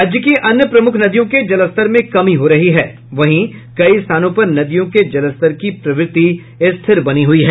राज्य की अन्य प्रमुख नदियों के जलस्तर में कमी हो रही है वहीं कई स्थानों पर नदियों के जलस्तर की प्रवृत्ति स्थिर बनी हुई है